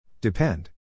Depend